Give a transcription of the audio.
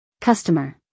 Customer